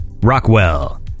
Rockwell